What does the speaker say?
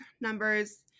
numbers